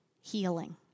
healing